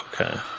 Okay